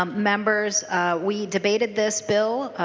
um members we debated this bill.